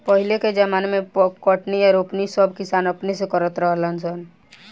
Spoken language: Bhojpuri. पहिले के ज़माना मे कटनी आ रोपनी सब किसान अपने से करत रहा सन